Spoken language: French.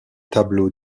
tableau